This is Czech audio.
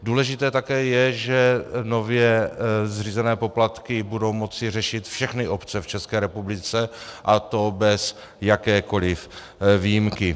Důležité také je, že nově zřízené poplatky budou moci řešit všechny obce v České republice, a to bez jakékoliv výjimky.